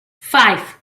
five